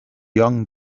young